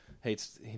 hates